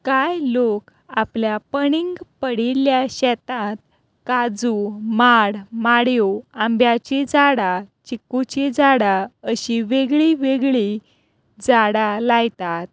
कांय लोक आपल्या पडींग पडिल्ल्या शेतांत काजू माड माडयो आंब्याची झाडां चिकूचीं झाडां अशी वेगळी वेगळी झाडां लायतात